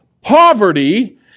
poverty